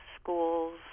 schools